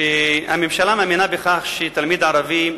שהממשלה מאמינה בכך שתלמיד ערבי,